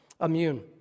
immune